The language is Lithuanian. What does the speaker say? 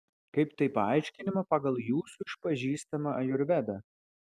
kaip tai paaiškinama pagal jūsų išpažįstamą ajurvedą